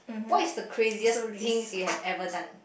what is the craziest things you have ever done